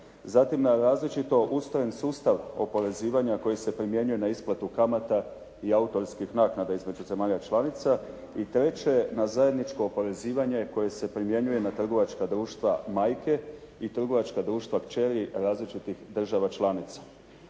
zatim na različito ustrojen sustav oporezivanja koji se primjenjuje na isplatu kamata i autorskih naknada između zemalja članica i treće, na zajedničko oporezivanje koje se primjenjuje na trgovačka društva majke i trgovačka društva kćeri različitih država članica.